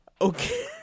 Okay